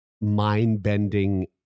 mind-bending